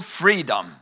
freedom